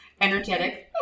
energetic